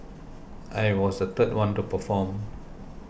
I was the third one to perform